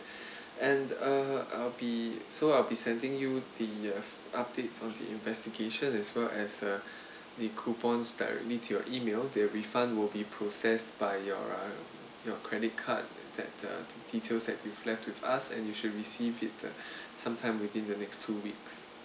and uh I'll be so I'll be sending you the updates on the investigation as well as a the coupons directly to your email the refund will be processed by your your credit card that the details had with left with us and you should receive it sometime within the next two weeks